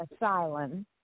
Asylum